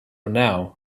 now